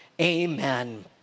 amen